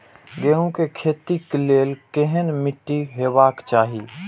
गेहूं के खेतीक लेल केहन मीट्टी हेबाक चाही?